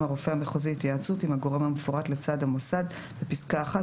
הרופא המחוזי התייעצות עם הגורם המפורט לצד המוסד בפסקה (1)